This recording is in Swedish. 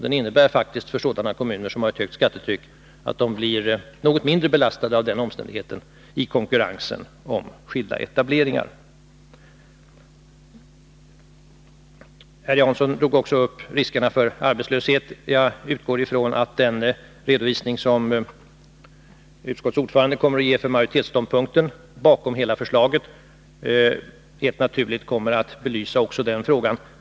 Det innebär för sådana kommuner som har ett högt skattetryck att de blir något mindre belastade i konkurrensen om skilda etableringar. Herr Jansson tog också upp riskerna för arbetslöshet. Jag utgår ifrån att den redovisning som utskottsordföranden kommer att ge för majoritetsståndpunkten bakom hela förslaget helt naturligt skall belysa också den frågan.